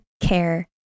care